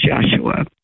Joshua